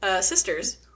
Sisters